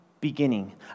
beginning